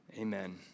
Amen